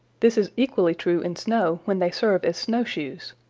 this is equally true in snow, when they serve as snowshoes.